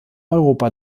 europa